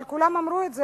אבל כולם אמרו את זה,